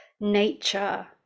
nature